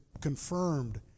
confirmed